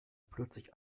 plötzlich